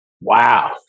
Wow